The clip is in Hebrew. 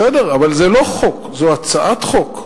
בסדר, אבל זה לא חוק, זו הצעת חוק.